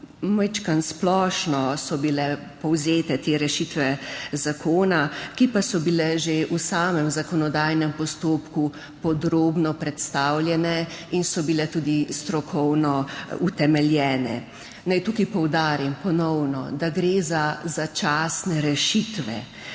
splošno so bile povzete te rešitve zakona, ki pa so bile že v samem zakonodajnem postopku podrobno predstavljene in so bile tudi strokovno utemeljene. Naj tukaj ponovno poudarim, da gre za začasne rešitve.